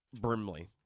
Brimley